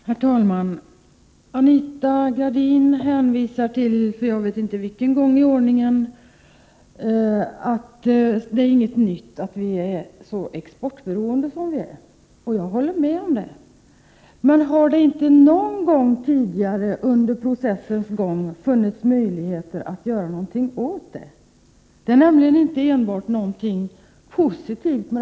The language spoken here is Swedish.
Herr talman! Anita Gradin hänvisar, för jag vet inte vilken gång i ordningen, till att det är ingenting nytt att vi är så exportberoende som vi är. Jag håller med om det, men har det inte någon gång tidigare under processens gång funnits möjligheter att göra någonting åt det? Detta exportberoende är nämligen inte enbart någonting positivt.